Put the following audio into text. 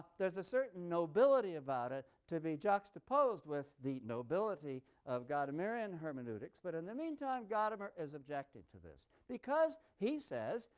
there's a certain nobility about it to be juxtaposed with the nobility of gadamerian hermeneutics. but in the meantime, gadamer is objecting to this because he says,